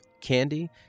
Candy